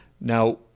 Now